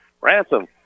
Ransom